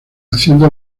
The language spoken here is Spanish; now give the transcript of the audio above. haciendo